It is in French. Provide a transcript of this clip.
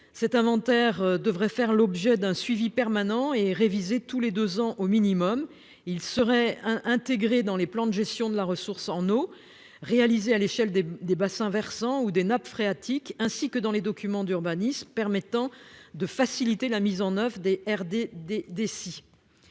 Cet inventaire devrait faire l'objet d'un suivi permanent et être révisé tous les deux ans au minimum. Il serait intégré dans les plans de gestion de la ressource en eau réalisés à l'échelle des bassins versants ou des nappes phréatiques et dans les documents d'urbanisme, permettant ainsi de faciliter la mise en oeuvre des